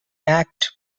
act